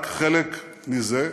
רק חלק מזה,